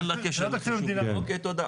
אין לה קשר, אוקיי, תודה.